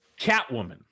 Catwoman